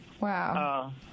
Wow